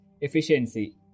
efficiency